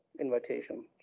invitation